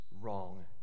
wrong